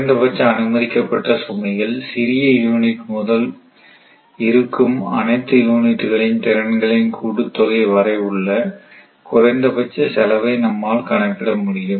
குறைந்தபட்ச அனுமதிக்கப்பட்ட சுமையில் சிறிய யூனிட் முதல் இருக்கும் அனைத்து யூனிட்களின் திறன்களின் கூட்டுத்தொகை வரை உள்ள குறைந்தபட்ச செலவை நம்மால் கணக்கிட முடியும்